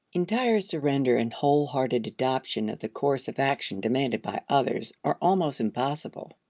entire surrender, and wholehearted adoption of the course of action demanded by others are almost impossible.